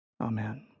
Amen